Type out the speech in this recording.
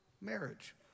marriage